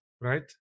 right